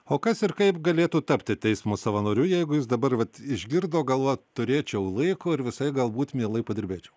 o kas ir kaip galėtų tapti teismo savanoriu jeigu jis dabar vat išgirdo gal va turėčiau laiko ir visai galbūt mielai padirbėčiau